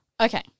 Okay